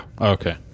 Okay